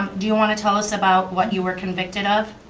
do you wana tell us about, what you were convicted of.